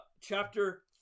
chapter